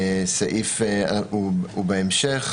בהמשך